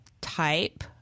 type